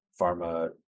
pharma